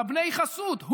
לבני חסות,